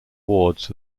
wards